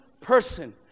person